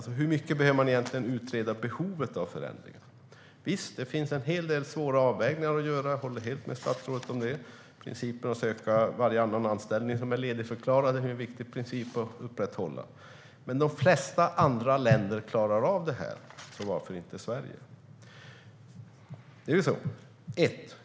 Men hur mycket behöver man egentligen utreda behovet av förändringar? Visst finns det en hel del svåra avvägningar att göra - jag håller med statsrådet om det. Principen att kunna söka varje anställning som är ledigförklarad är en viktig princip att upprätthålla. Men de flesta andra länder klarar av detta, så varför inte Sverige?